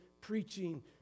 preaching